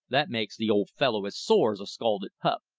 that makes the old fellow as sore as a scalded pup.